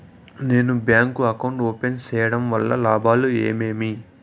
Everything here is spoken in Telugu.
నేను బ్యాంకు అకౌంట్ ఓపెన్ సేయడం వల్ల లాభాలు ఏమేమి?